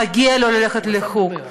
מגיע לו ללכת לחוג.